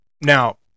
now